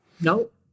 Nope